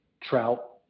trout